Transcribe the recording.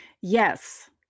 Yes